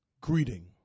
greeting